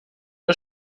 der